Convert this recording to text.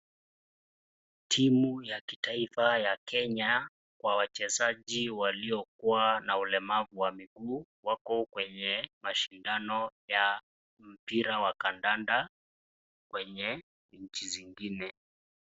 Timu ya kitaifa ya kenya wa wachezaji waliokuwa na ulemavu wa miguu ,wako kwenye mashindano ya mpira wa kandanda kwenye nchi zingine.